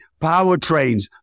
powertrains